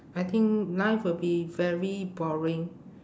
I think life would be very boring